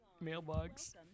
mailbox